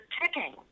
ticking